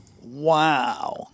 Wow